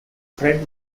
fred